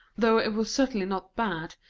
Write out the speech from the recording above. though it was certainly not bad,